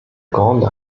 grande